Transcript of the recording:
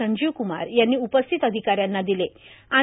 संजीव कुमार यांनी उपस्थित अधिकाऱ्यांना दिलेत